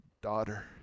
Daughter